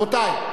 רבותי.